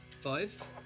five